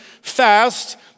fast